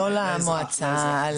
לא למועצה,